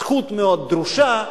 זכות מאוד דרושה.